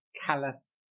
callous